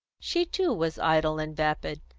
she too was idle and vapid,